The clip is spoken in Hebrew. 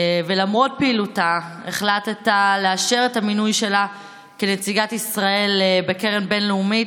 למרות פעילותה החלטת לאשר את המינוי שלה כנציגת ישראל בקרן בין-לאומית,